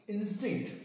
instinct